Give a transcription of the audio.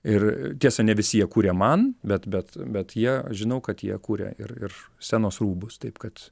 ir tiesa ne visi jie kuria man bet bet bet jie žinau kad jie kuria ir ir scenos rūbus taip kad